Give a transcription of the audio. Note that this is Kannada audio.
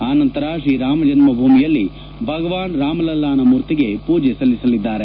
ಆನಂತರ ಶ್ರೀರಾಮ ಜನ್ಮಭೂಮಿಯಲ್ಲಿ ಭಗವಾನ್ ರಾಮಲಲ್ಲಾನ ಮೂರ್ತಿಗೆ ಪೂಜೆ ಸಲ್ಲಿಸಲಿದ್ದಾರೆ